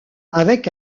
avec